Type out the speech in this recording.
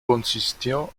consistió